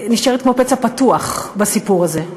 נשארת כמו פצע פתוח בסיפור הזה,